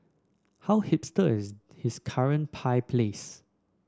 how hipster is his current pie place